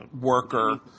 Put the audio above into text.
worker